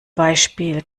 beispiel